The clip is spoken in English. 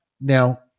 Now